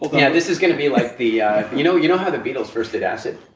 yeah, this is gonna be like the. yeah you know you know how the beatles first did acid?